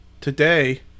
today